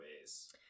ways